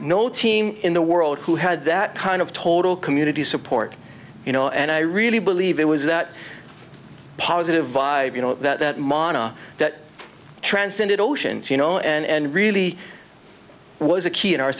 no team in the world who had that kind of total community support you know and i really believe it was that positive vibe you know that monna that transcended ocean you know and really was a key in our